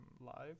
live